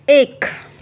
एक